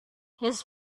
his